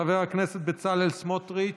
חבר הכנסת בצלאל סמוטריץ'